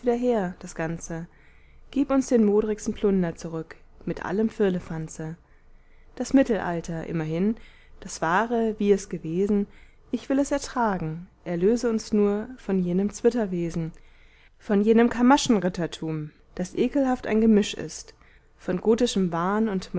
das ganze gib uns den modrigsten plunder zurück mit allem firlifanze das mittelalter immerhin das wahre wie es gewesen ich will es ertragen erlöse uns nur von jenem zwitterwesen von jenem kamaschenrittertum das ekelhaft ein gemisch ist von gotischem wahn und